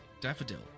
Daffodil